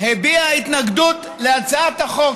הביעו התנגדות להצעת החוק.